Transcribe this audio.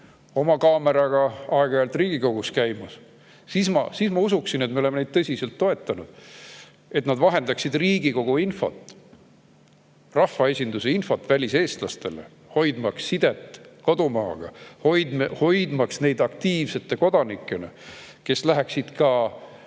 oma kaameraga aeg-ajalt Riigikogus? Siis ma usuksin, et me oleme neid tõsiselt toetanud. Et nad vahendaksid Riigikogu, rahvaesinduse infot väliseestlastele, hoidmaks sidet kodumaaga, hoidmaks neid aktiivsete kodanikena, kes läheksid ka